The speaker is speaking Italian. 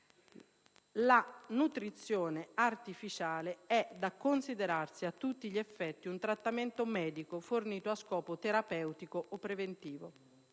La nutrizione artificiale è da considerarsi, a tutti gli effetti, un trattamento medico fornito a scopo terapeutico o preventivo.